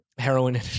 Heroin